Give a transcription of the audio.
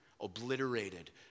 Obliterated